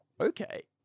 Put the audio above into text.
okay